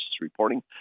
reporting